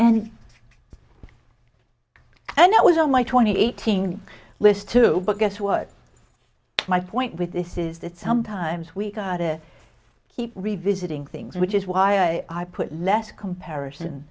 and it was on my twenty eighteen list too but guess what my point with this is that sometimes we keep revisiting things which is why i put less comparison